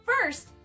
First